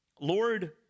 Lord